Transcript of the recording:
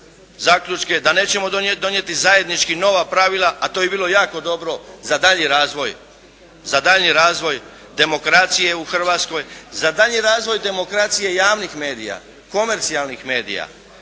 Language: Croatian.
zaključke, da nećemo donijeti zajednički nova pravila a to bi bilo jako dobro za daljnji razvoj demokracije u Hrvatskoj, za daljnji razvoj demokracije javnih medija, komercijalnih medija,